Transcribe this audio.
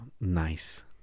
nice